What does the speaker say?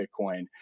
Bitcoin